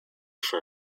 for